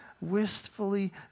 wistfully